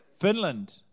Finland